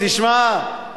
תשמע,